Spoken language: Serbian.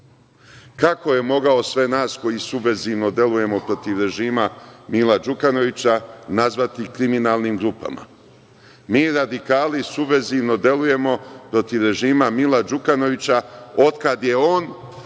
Kako je mogao sve nas koji subverzivno delujemo protiv režima Mila Đukanovića nazvati – kriminalnim grupama? Mi radikali subverzivno delujemo protiv režima Mila Đukanovića otkad je on